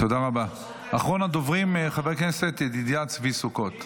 אחרון הדוברים, חבר הכנסת ידידיה צבי סוכות.